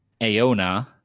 aona